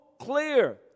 clear